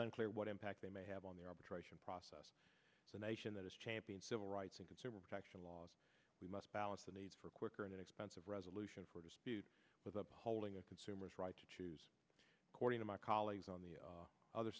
unclear what impact they may have on the arbitration process the nation that has championed civil rights and consumer protection laws we must balance the need for quicker and inexpensive resolution with upholding a consumer's right to choose according to my colleagues on the other